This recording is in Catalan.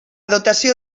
dotació